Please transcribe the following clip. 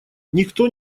никто